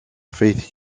faith